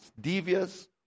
devious